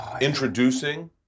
introducing